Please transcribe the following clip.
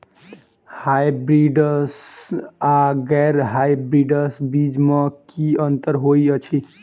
Hybrids आ गैर hybrids बीज म की अंतर होइ अछि?